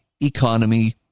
economy